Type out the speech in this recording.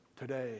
today